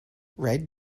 red